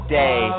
day